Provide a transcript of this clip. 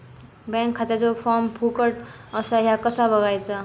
Bank खात्याचो form फुकट असा ह्या कसा बगायचा?